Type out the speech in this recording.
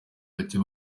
bacye